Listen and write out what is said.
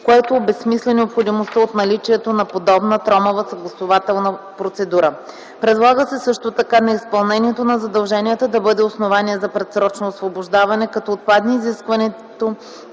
което обезмисля необходимостта от наличието на подобна тромава съгласувателна процедура. Предлага се също така неизпълнението на задълженията да бъде основание за предсрочно освобождаване, като отпадне изискването